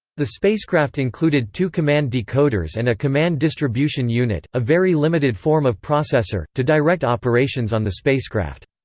the spacecraft included two command decoders and a command distribution unit, a very limited form of processor, to direct operations on the spacecraft.